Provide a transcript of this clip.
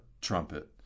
trumpet